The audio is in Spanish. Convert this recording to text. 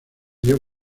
dio